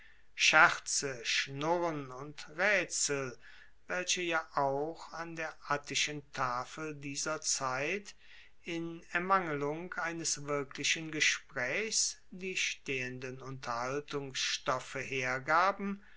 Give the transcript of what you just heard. scherze schnurren und raetsel welche ja auch an der attischen tafel dieser zeit in ermangelung eines wirklichen gespraechs die stehenden unterhaltungstoffe hergaben